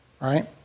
right